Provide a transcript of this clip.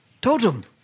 Totem